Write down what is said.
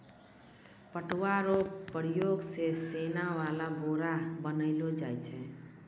पटुआ रो प्रयोग से सोन वाला बोरा बनैलो जाय छै